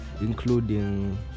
including